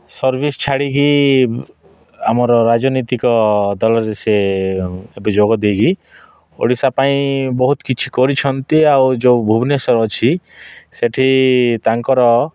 service ଛାଡ଼ିକି ଆମର ରାଜିନୀତିକ ଦଳରେ ସେ ଏବେ ଯୋଗ ଦେଇଛ ଓଡ଼ିଶା ପାଇଁ ବହୁତ କିଛି କରିଛନ୍ତି ଆଉ ଯେଉଁ ଭୁବନେଶ୍ୱର ଅଛି ସେଠି ତାଙ୍କର